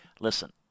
Listen